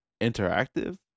interactive